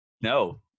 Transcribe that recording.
No